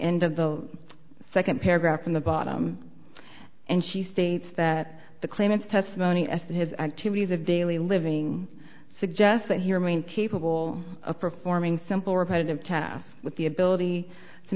end of the second paragraph from the bottom and she states that the claimants testimony as to his activities of daily living suggest that he remain capable of performing simple repetitive tasks with the ability to